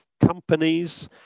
companies